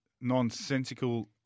nonsensical